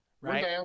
right